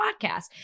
podcast